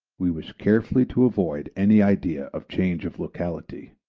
we wish carefully to avoid any idea of change of locality.